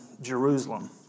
Jerusalem